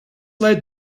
led